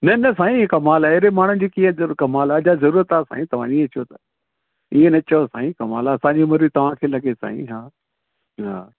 न न साईं हिकु मां लहरे माण्हू जी कीअं कमाल आहे ज़रूरत आहे साईं तव्हां ईअं चओ त इएं न चयो साईं कमाल आहे असांजी उमिरि बि तव्हां खे लॻे साईं हा हा